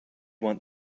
want